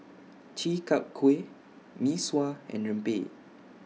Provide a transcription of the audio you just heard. Chi Kak Kuih Mee Sua and Rempeyek